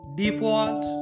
default